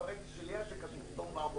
אבל ראיתי שליד זה כתוב ---.